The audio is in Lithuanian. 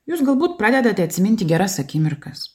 jūs galbūt pradedate atsiminti geras akimirkas